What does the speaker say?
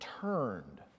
turned